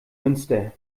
münster